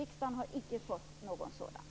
Riksdagen har icke fått någon sådan.